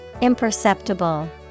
Imperceptible